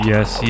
Yes